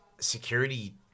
security